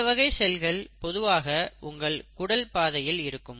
இந்த வகை செல்கள் பொதுவாக உங்கள் குடல் பாதையில் இருக்கும்